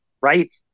right